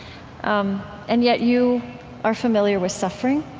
um and yet, you are familiar with suffering.